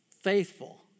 Faithful